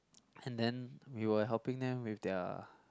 and then we were helping them with their